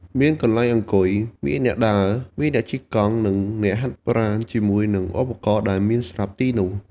មានអ្នកអង្គុយ មានអ្នកដើរ មានអ្នកជិះកង់ និងអ្នកហាត់ប្រាណជាមួយនឹងឧបករណ៍ដែលមានស្រាប់ទីនោះ។